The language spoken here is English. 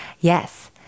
Yes